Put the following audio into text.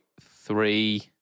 three